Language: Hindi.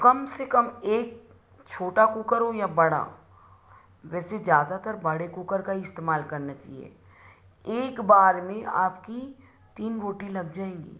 कम से कम एक छोटा कुकर हो या बड़ा वैसे ज़्यादातर बड़े कुकर का इस्तेमाल करना चाहिए एकबार में आपकी तीन रोटी लग जाएँगी